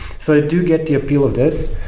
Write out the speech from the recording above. so do get the appeal of this,